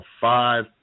five